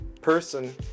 person